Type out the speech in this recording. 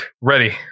Ready